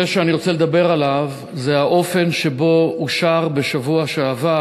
הנושא שאני רוצה לדבר עליו זה האופן שבו אושר בשבוע שעבר